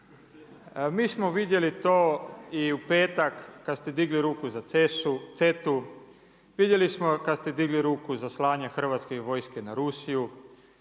Mi smo vidjeli to i u petak kada ste digli ruku za CETA-u, vidjeli smo kada ste digli ruku za slanje Hrvatske vojske za Rusiju,